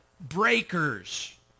breakers